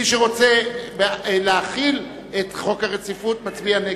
מי שרוצה להחיל את חוק הרציפות מצביע נגד.